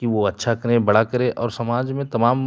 कि वे अच्छा करें बड़ा करें और समाज में तमाम